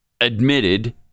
admitted